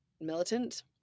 militant